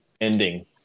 ending